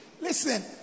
Listen